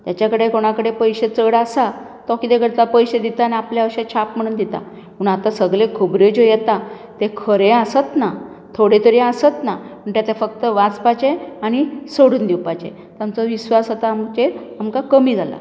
तेचे कडेन कोणा कडेन पयशे चड आसा तो कितें करता पयशे दिता आनी आपले अशे छाप म्हणून दिता पूण आतां सगल्यो खबऱ्यो ज्यो येता ते खरे आसत ना थोडे तरी आसत ना तेजे फक्त वाचपाचे आनी सोडून दिवपाचे तांचो विस्वास आतां आमचेर आमकां कमी जाला